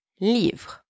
livre